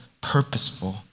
purposeful